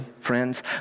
friends